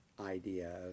idea